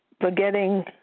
forgetting